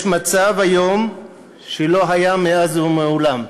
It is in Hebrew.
יש מצב היום שלא היה מאז ומעולם.